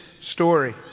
story